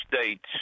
States